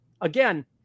again